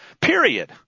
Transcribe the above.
period